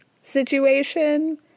situation